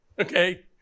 okay